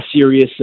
serious